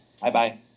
Bye-bye